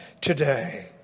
today